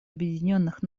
объединенных